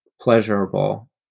pleasurable